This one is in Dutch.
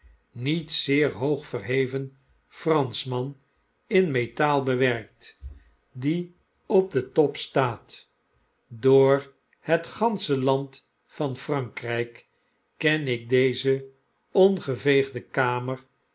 niet zeer hoog verheven franschman in metaal bewerkt die op den top staat door het gansche land van frankrjjk ken ik deze ongeveegde kamer